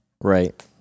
Right